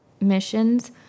missions